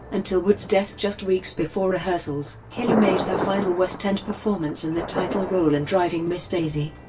until wood's death just weeks before rehearsals. hiller made her final west end performance in the title role in driving miss daisy.